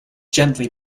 gently